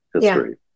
history